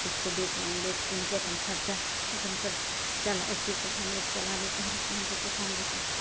उसको बेच बेच कीन कर अपन खर्चा अपन खरचा चला उसी को हम लोग चला लेते है इसलिए हमको किसान बहुत अच्छा है